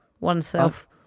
oneself